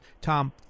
tom